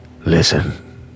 Listen